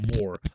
more